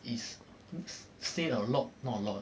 is say a lot not a lot